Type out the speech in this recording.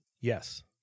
yes